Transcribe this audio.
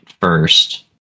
first